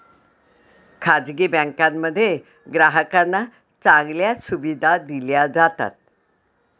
खासगी बँकांमध्ये ग्राहकांना चांगल्या सुविधा दिल्या जातात